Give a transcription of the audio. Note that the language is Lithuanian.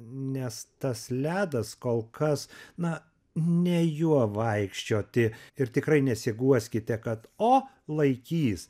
nes tas ledas kol kas na ne juo vaikščioti ir tikrai nesiguoskite kad o laikys